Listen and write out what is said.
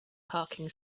parking